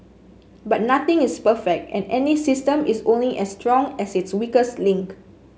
but nothing is perfect and any system is only as strong as its weakest link